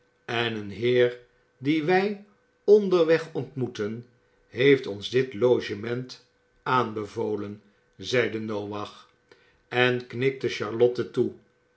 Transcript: en een heer dien wij onderweg ontmoetten heeft ons dit logement aanbevolen zeide noach en knikte charlotte toe